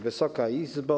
Wysoka Izbo!